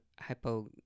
hypo